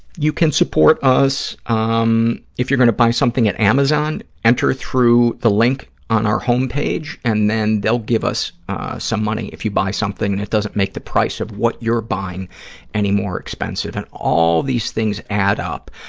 you can support us, um if you're going to buy something at amazon, enter through the link on our homepage and then they'll give us some money if you buy something and it doesn't make the price of what you're buying any more expensive. and all these things add up.